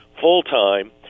full-time